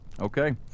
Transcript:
Okay